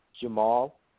Jamal